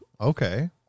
Okay